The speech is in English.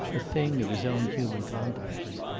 a thing of his own human contacts.